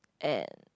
at